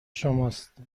شماست